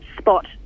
spot